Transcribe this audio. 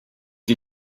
die